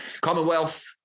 Commonwealth